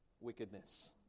wickedness